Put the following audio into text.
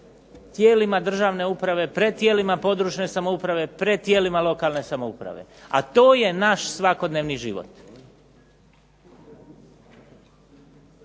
tijelima državne uprave, pred tijelima područne samouprave, pred tijelima lokalne samouprave. A to je naš svakodnevni život.